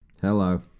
Hello